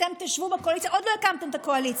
אתם תשבו בקואליציה, עוד לא הקמתם את הקואליציה.